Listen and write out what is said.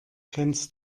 kennst